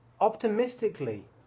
optimistically